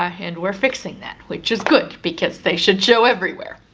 and we're fixing that, which is good because they should show everywhere.